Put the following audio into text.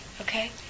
Okay